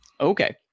Okay